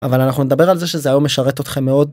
אבל אנחנו נדבר על זה שזה היום משרת אתכם מאוד.